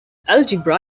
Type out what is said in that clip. algebra